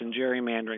gerrymandering